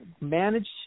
manage